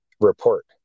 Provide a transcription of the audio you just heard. report